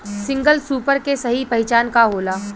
Single super के सही पहचान का होला?